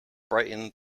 brightened